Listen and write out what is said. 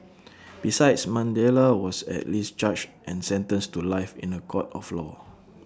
besides Mandela was at least charged and sentenced to life in A court of law